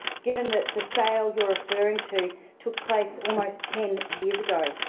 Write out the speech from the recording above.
given that the sale you're referring to took place almost ten years ago.